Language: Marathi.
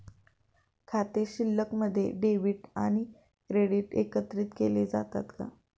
खाते शिल्लकमध्ये डेबिट आणि क्रेडिट एकत्रित केले जातात का?